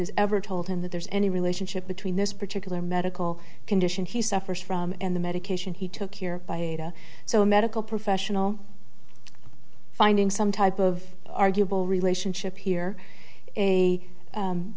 has ever told him that there's any relationship between this particular medical condition he suffers from and the medication he took here by ada so a medical professional finding some type of arguable relationship here a